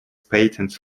patent